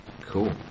Cool